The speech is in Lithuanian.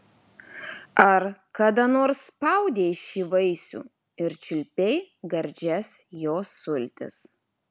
ar kada nors spaudei šį vaisių ir čiulpei gardžias jo sultis